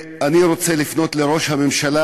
אני רוצה לפנות לראש הממשלה: